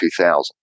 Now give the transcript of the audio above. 2000